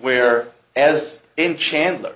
where as in chandler